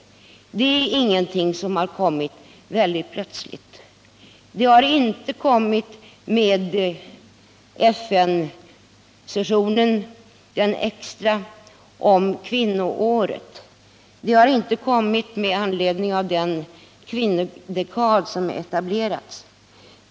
Det är inte något som har kommit väldigt plötsligt. Det har inte kommit med FN:s extra session om kvinnoåret. Det har inte kommit med anledning av den kvinnodekad som etablerats.